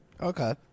Okay